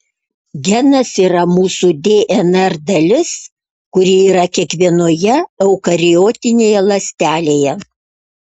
genas yra mūsų dnr dalis kuri yra kiekvienoje eukariotinėje ląstelėje